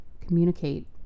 communicate